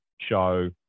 show